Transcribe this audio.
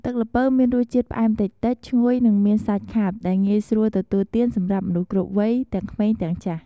ទឹកល្ពៅមានរសជាតិ ផ្អែមតិចៗ ឈ្ងុយ និងមានសាច់ខាប់ ដែលងាយស្រួលទទួលទានសម្រាប់មនុស្សគ្រប់វ័យ ទាំងក្មេងទាំងចាស់។